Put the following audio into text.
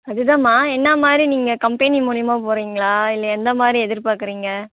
அது தாம்மா என்ன மாதிரி நீங்கள் கம்பெனி மூலியுமா போகறீங்களா இல்லை எந்த மாதிரி எதிர்பார்க்கறீங்க